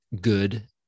good